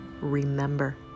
remember